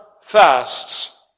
fasts